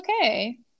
okay